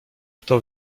kto